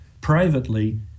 privately